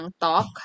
talk